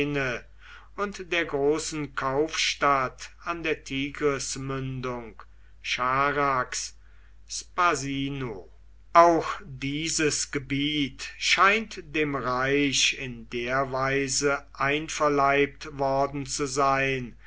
und der großen kaufstadt an der tigrismündung charax spasinu auch dieses gebiet scheint dem reich in der weise einverleibt worden zu sein